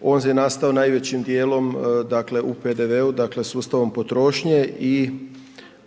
on je nastao najvećim dijelom dakle u PDV-u, dakle sustavom potrošnje i